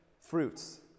fruits